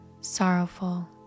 sorrowful